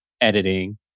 editing